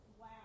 Wow